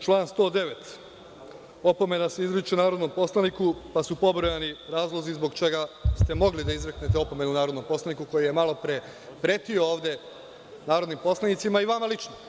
Član 109. – opomena se izriče narodnom poslaniku, pa su pobrojani razlozi zbog čega ste mogli da izreknete opomenu narodnom poslaniku koji je malopre pretio ovde narodnim poslanicima i vama lično.